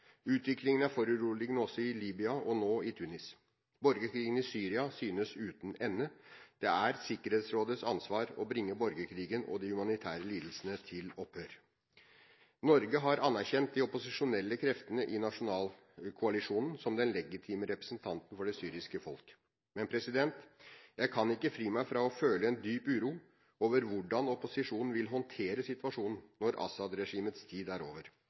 Utviklingen er foruroligende også i Libya og nå i Tunis. Borgerkrigen i Syria synes uten ende. Det er Sikkerhetsrådets ansvar å bringe borgerkrigen og de humanitære lidelsene til opphør. Norge har anerkjent de opposisjonelle kreftene i Nasjonalkoalisjonen som den legitime representanten for det syriske folk. Men jeg kan ikke fri meg fra å føle en dyp uro over hvordan opposisjonen vil håndtere situasjonen når Assad-regimets tid er over.